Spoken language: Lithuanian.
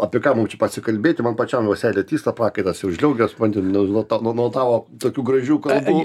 apie ką mum čia pasikalbėti man pačiam va seilė tįsta prakaitas jau žliaugia supranti nuo nuo nuo tavo tokių gražių kalbų